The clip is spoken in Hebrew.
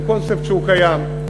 הוא קיים.